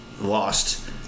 lost